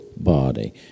body